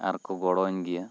ᱟᱨ ᱠᱚ ᱜᱚᱲᱚ ᱟᱹᱧ ᱜᱮᱭᱟ